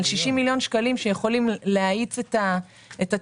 על 60 מיליון שקלים שיכולים להאיץ את התכנון,